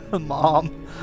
Mom